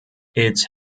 its